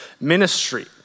ministry